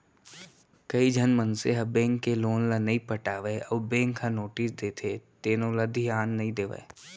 कइझन मनसे ह बेंक के लोन ल नइ पटावय अउ बेंक ह नोटिस देथे तेनो ल धियान नइ देवय